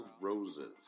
Roses